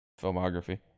filmography